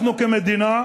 אנחנו, כמדינה,